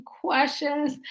questions